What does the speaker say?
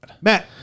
Matt